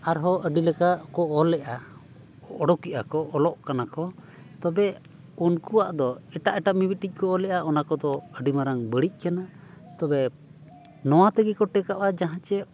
ᱟᱨᱦᱚᱸ ᱟᱹᱰᱤ ᱞᱮᱠᱟ ᱠᱚ ᱚᱞᱮᱜᱼᱟ ᱚᱰᱚᱠ ᱮᱫᱟ ᱠᱚ ᱚᱞᱚᱜ ᱠᱟᱱᱟ ᱠᱚ ᱛᱚᱵᱮ ᱩᱱᱠᱩᱣᱟᱜ ᱫᱚ ᱮᱴᱟᱜ ᱮᱴᱟᱜ ᱢᱤᱢᱤᱫᱴᱤᱡ ᱠᱚ ᱚᱞᱮᱜᱼᱟ ᱚᱱᱟ ᱠᱚᱫᱚ ᱟᱹᱰᱤ ᱢᱟᱨᱟᱝ ᱵᱟᱹᱲᱤᱡ ᱠᱟᱱᱟ ᱛᱚᱵᱮ ᱱᱚᱣᱟ ᱛᱮᱜᱮ ᱠᱚ ᱴᱮᱸᱠᱟᱜᱼᱟ ᱡᱟᱦᱟᱸ ᱪᱮ